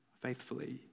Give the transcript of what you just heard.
faithfully